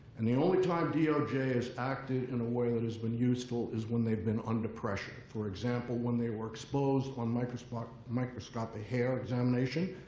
and the only time doj has acted in a way that has been useful is when they've been under pressure. for example, when they were exposed on microscopic hair hair examination